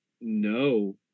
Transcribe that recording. No